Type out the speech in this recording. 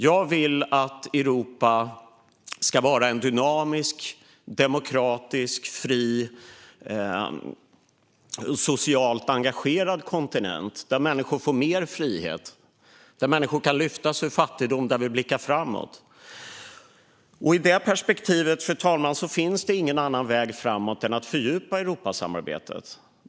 Jag vill att Europa ska vara en dynamisk, demokratisk, fri och socialt engagerad kontinent, där människor får mer frihet, där människor kan lyftas ur fattigdom och där vi blickar framåt. I det perspektivet, fru talman, finns det ingen annan väg framåt än att fördjupa Europasamarbetet.